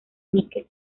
níquel